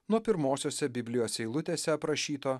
nuo pirmosiose biblijos eilutėse aprašyto